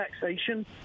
taxation